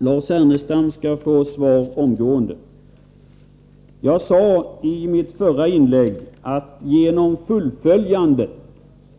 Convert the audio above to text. Herr talman! Lars Ernestam skall få svar omgående. Jag sade i mitt förra inlägg att genom fullföljande